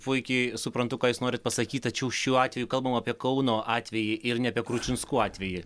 puikiai suprantu ką jūs norit pasakyt tačiau šiuo atveju kalbam apie kauno atvejį ir ne apie kručinskų atvejį